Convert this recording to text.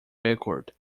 record